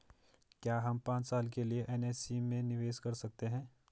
क्या हम पांच साल के लिए एन.एस.सी में निवेश कर सकते हैं?